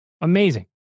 amazing